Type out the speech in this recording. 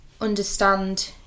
understand